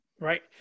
Right